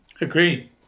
Agree